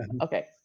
okay